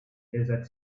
desert